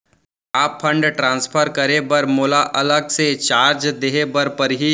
का fund transfer करे बर मोला अलग से चार्ज देहे बर परही?